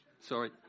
Sorry